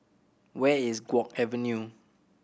where is Guok Avenue